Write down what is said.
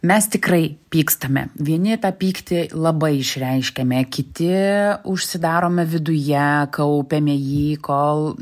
mes tikrai pykstame vieni tą pyktį labai išreiškiame kiti užsidarome viduje kaupiame jį kol